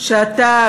שאתה,